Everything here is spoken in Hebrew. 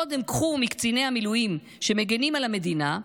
קודם קחו מקציני המילואים שמגינים על המדינה,